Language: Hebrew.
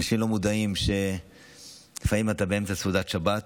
אנשים לא מודעים שלפעמים אתה באמצע סעודת שבת